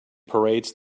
parades